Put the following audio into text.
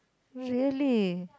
really